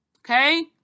Okay